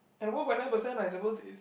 and one point nine percent I is suppose is